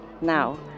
now